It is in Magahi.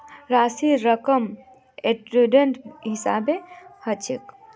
राशिर रकम एक्सीडेंटेर हिसाबे हछेक